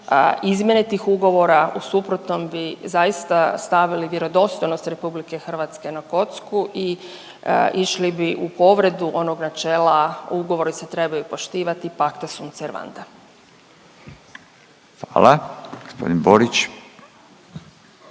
izmjene tih ugovora. U suprotnom bi zaista stavili vjerodostojnost Republike Hrvatske na kocku i išli bi u povredu onog načela ugovori se trebaju poštivati pacta sunt servanda. **Radin, Furio